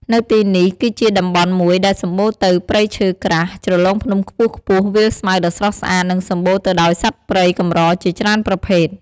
នៅទីនេះ គឺជាតំបន់មួយដែលសំបូរទៅព្រៃឈើក្រាស់ ជ្រលងភ្នំខ្ពស់ៗ វាលស្មៅដ៏ស្រស់ស្អាត និងសំបូរទៅដោយសត្វព្រៃកម្រជាច្រេីនប្រភេទ។